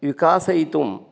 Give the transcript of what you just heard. विकासयितुं